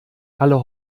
alle